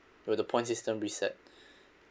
will the point system reset